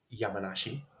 Yamanashi